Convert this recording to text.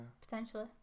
Potentially